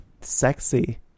sexy